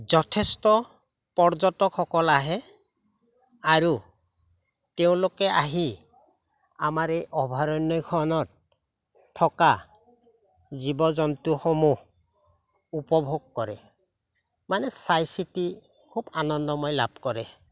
যথেষ্ট পৰ্যটকসকল আহে আৰু তেওঁলোকে আহি আমাৰ এই অভয়াৰণ্যখনত থকা জীৱ জন্তুসমূহ উপভোগ কৰে মানে চাই চিটি খুব আনন্দময় লাভ কৰে